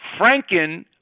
Franken